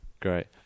Great